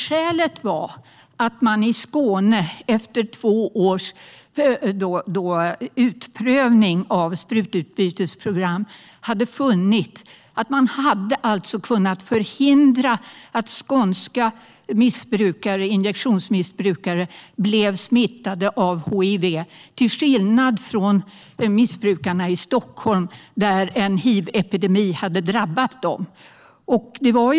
Skälet var att man i Skåne efter två års utprövning av sprututbytesprogram hade funnit att man hade kunnat förhindra att skånska injektionsmissbrukare blev smittade av hiv, till skillnad från missbrukarna i Stockholm, som hade drabbats av en hivepidemi.